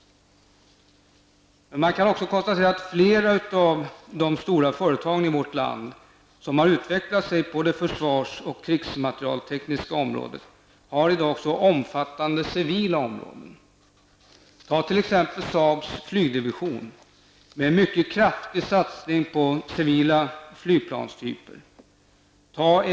Det kan emellertid också konstateras att flera av de stora företagen i vårt land som har utvecklats på det försvars och krigsmaterielteknologiska området, har en omfattande civil produktion. Saabs flygdivision exempelvis satsar mycket kraftigt på att sälja civila flygplanstyper.